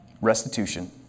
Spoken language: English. restitution